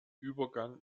übergang